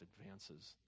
advances